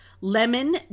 lemon